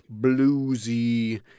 bluesy